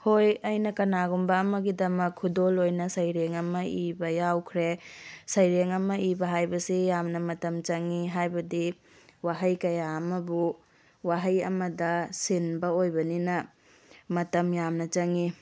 ꯍꯣꯏ ꯑꯩꯅ ꯀꯅꯥꯒꯨꯝꯕ ꯑꯃꯒꯤꯗꯃꯛ ꯈꯨꯗꯣꯜ ꯑꯣꯏꯅ ꯁꯩꯔꯦꯡ ꯑꯃ ꯏꯕ ꯌꯥꯎꯈ꯭ꯔꯦ ꯁꯩꯔꯦꯡ ꯑꯃ ꯏꯕ ꯍꯥꯏꯕꯁꯤ ꯌꯥꯝꯅ ꯃꯇꯝ ꯆꯪꯏ ꯍꯥꯏꯕꯗꯤ ꯋꯥꯍꯩ ꯀꯌꯥ ꯑꯃꯕꯨ ꯋꯥꯍꯩ ꯑꯃꯗ ꯁꯤꯟꯕ ꯑꯣꯏꯕꯅꯤꯅ ꯃꯇꯝ ꯌꯥꯝꯅ ꯆꯪꯏ